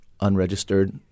unregistered